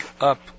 up